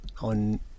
on